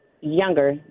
younger